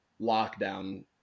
lockdown